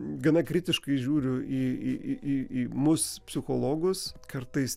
gana kritiškai žiūriu į į į į mus psichologus kartais